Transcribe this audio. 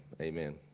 Amen